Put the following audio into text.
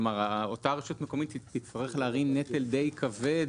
כלומר אותה הרשות המקומית תצטרך להרים נטל די כבד,